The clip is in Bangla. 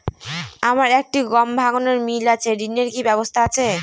আমার একটি গম ভাঙানোর মিল আছে ঋণের কি ব্যবস্থা আছে?